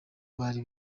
bari